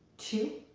two.